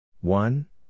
One